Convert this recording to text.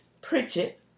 Pritchett